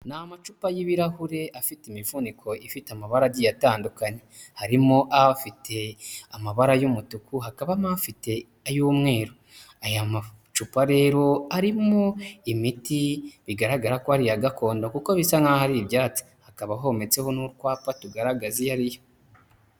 Ni amacupa y'ibirahure afite imifuniko ifite amabara agiye atandukanye, harimo afite amabara y'umutuku, hakabamo afite ay'umweru, aya macupa rero arimo imiti bigaragara ko ari iya gakondo kuko bisa nk'aho ari ibyatsi, hakaba hometseho n'utwapa tugaragaza iyo ari yo.